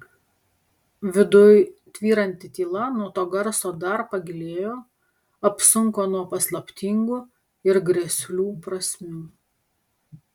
viduj tvyranti tyla nuo to garso dar pagilėjo apsunko nuo paslaptingų ir grėslių prasmių